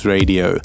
Radio